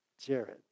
Jared